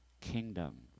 kingdom